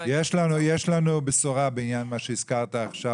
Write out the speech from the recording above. יש לנו בשורה בעניין מה שהזכרת עכשיו